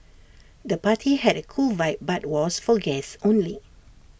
the party had A cool vibe but was for guests only